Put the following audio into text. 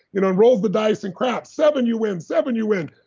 you know and rolls the dice and craps, seven, you win, seven you win.